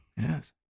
yes